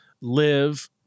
live